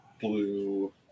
blue